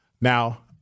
Now